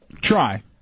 Try